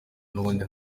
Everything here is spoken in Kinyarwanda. nubundi